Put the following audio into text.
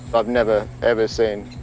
i've never, ever seen